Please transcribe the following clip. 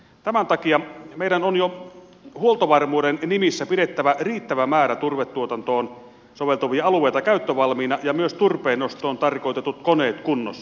tämän takia meidän on jo huoltovarmuuden nimissä pidettävä riittävä määrä turvetuotantoon soveltuvia alueita käyttövalmiina ja myös turpeennostoon tarkoitetut koneet kunnossa